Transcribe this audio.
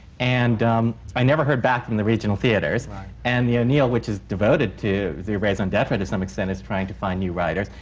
and i never heard back from the regional theatres and the o'neill, which is devoted to, the raison d'etre to some extent is trying to find new writers,